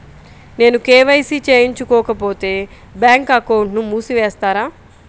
నేను కే.వై.సి చేయించుకోకపోతే బ్యాంక్ అకౌంట్ను మూసివేస్తారా?